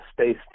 space